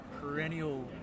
perennial